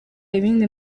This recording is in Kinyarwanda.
ibindi